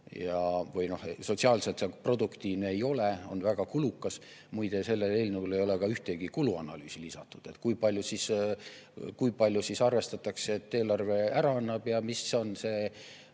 et sotsiaalselt see produktiivne ei ole ja on väga kulukas. Muide, selle eelnõu kohta ei ole ka ühtegi kuluanalüüsi lisatud, kui palju siis arvestatakse, et eelarve ära annab, ja mis on see,